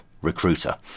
recruiter